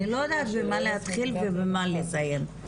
אני לא יודעת במה להתחיל ובמה לסיים,